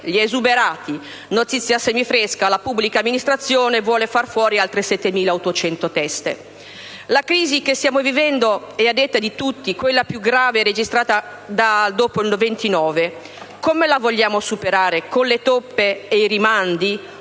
gli esuberati. Notizia semifresca: la pubblica amministrazione vuole far fuori altre 7.800 teste. La crisi che stiamo vivendo è, a detta di tutti, quella più grave registrata dopo il 1929. Come vogliamo superarla? Con le toppe e i rimandi?